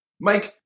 Mike